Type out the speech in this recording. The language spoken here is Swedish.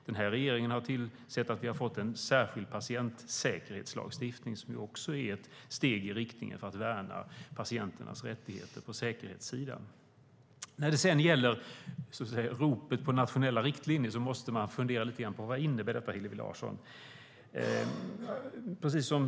Den här regeringen har sett till att det finns en särskild patientsäkerhetslagstiftning, som också är ett steg i riktning att värna patienternas rättigheter på säkerhetssidan. Vi måste fundera lite över vad ropen på nationella riktlinjer innebär, Hillevi Larsson.